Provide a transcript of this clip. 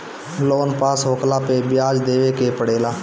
loan pass होखला पअ बियाज देवे के पड़ेला